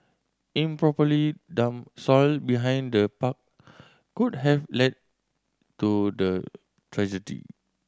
improperly dumped soil behind the park could have led to the tragedy